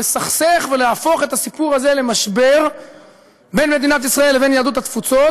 לסכסך ולהפוך את הסיפור הזה למשבר בין מדינת ישראל לבין יהדות התפוצות,